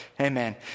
amen